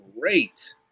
great